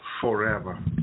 forever